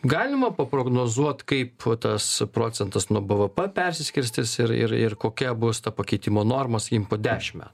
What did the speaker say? galima paprognozuot kaip tas procentas nuo b v p persiskirstys ir ir ir kokia bus ta pakeitimo normos sakykim po dešimt metų